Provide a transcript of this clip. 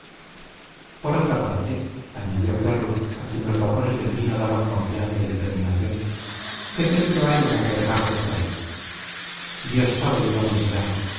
por otra parte añadió ferrus a quien los vapores del vino daban confianza y determinación qué peligro hay en albergar dos frailes dios sabe de dónde serán